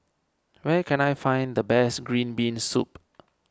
where can I find the best Green Bean Soup